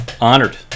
Honored